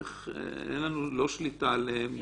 אין לנו לא שליטה עליהן,